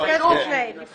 לפני, לפני.